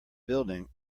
building